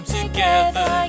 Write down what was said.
together